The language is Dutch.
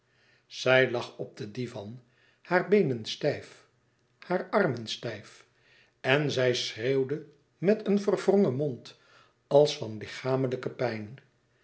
zij lag op den divan haar beenen stijf haar armen stijf en zij schreeuwde met een verwrongen mond als van lichamelijke pijn